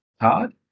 card